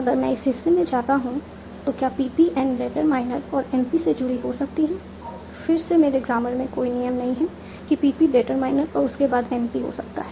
अगर मैं इस हिस्से में जाता हूं तो क्या PP n डिटरमाइनर और NP से जुड़ी हो सकती है फिर से मेरे ग्रामर में कोई नियम नहीं है कि PP डिटरमाइनर और उसके बाद NP हो सकता है